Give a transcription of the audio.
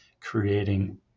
creating